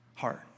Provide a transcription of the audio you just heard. heart